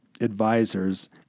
advisors